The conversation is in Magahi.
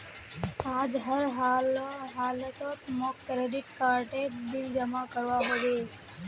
आज हर हालौत मौक क्रेडिट कार्डेर बिल जमा करवा होबे